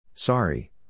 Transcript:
Sorry